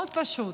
מאוד פשוט.